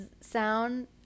sound